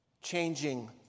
Changing